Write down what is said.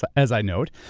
but as i note,